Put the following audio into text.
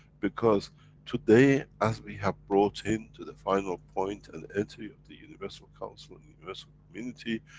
because today as we have brought in, to the final point and entry of the universal council and universal community,